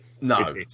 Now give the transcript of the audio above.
No